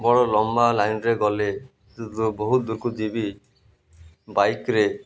ବଡ଼ ଲମ୍ବା ଲାଇନ୍ରେ ଗଲେ ବହୁତ ଦୁଃଖ ଯିବି ବାଇକ୍ରେ